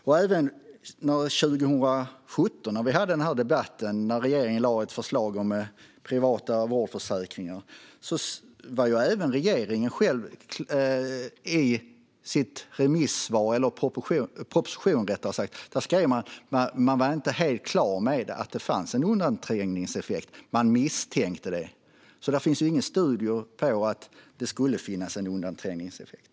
När vi hade den här debatten 2017, när regeringen lade fram ett förslag om privata vårdförsäkringar, skrev regeringen själv i sin proposition att det inte var helt klart att det fanns en undanträngningseffekt utan att man misstänkte det. Det finns alltså inga studier som bekräftar att det finns en undanträngningseffekt.